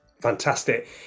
Fantastic